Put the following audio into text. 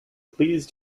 please